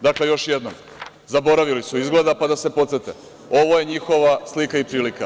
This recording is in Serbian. Dakle, još jednom zaboravili su, pa da se podsete ovo je njihova slika i prilika.